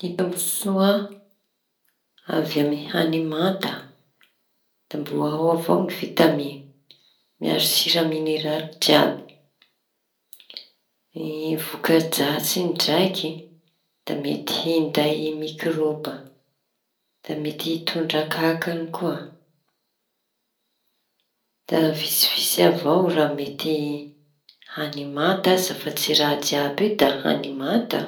Ny tombotsoa avy amin'ny hañi manta da mbö ao avao ny vitaminy miaro sira mineraly jiaby. Ny voka-dratsy ndraiky da mety hinday mikraoba, da mety hitondra kankaña koa. Da vitsy vitsy avao raha mety hani-manta aza tsy raha jiaby io da hañy manta.